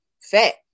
fat